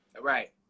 Right